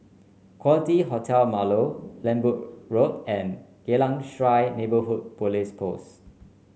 Quality Hotel Marlow Lembu Road and Geylang Serai Neighbourhood Police Post